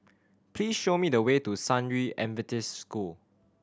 please show me the way to San Yu Adventist School